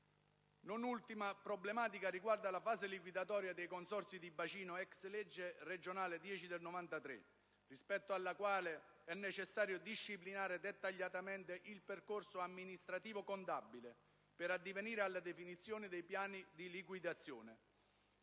è la problematica riguardante la fase liquidatoria dei consorzi di bacino *ex* legge regionale n. 10 del 1993, rispetto alla quale è necessario disciplinare dettagliatamente il percorso amministrativo-contabile per addivenire alla definizione dei piani di liquidazione.